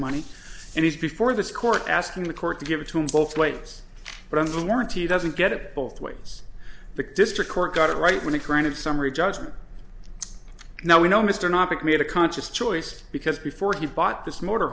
money and he's before this court asking the court to give it to him both ways but on the warranty doesn't get it both ways the district court got it right when he granted summary judgment now we know mr knoppix made a conscious choice because before he bought this motor